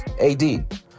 AD